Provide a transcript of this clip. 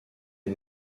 est